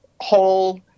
whole